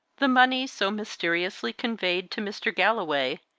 the money, so mysteriously conveyed to mr. galloway,